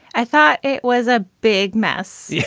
i thought it was a big mess yeah